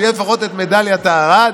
שתהיה לפחות מדליית הארד.